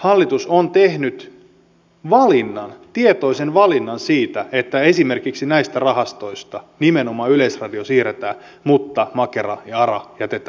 hallitus on tehnyt tietoisen valinnan siitä että esimerkiksi näistä rahastoista nimenomaan yleisradio siirretään mutta makera ja ara jätetään ulkopuolelle